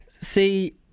see